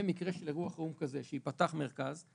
במקרה של אירוע כזה שייפתח מרכז,